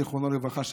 זיכרונו לברכה,